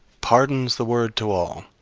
pardon's the word to all!